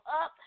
up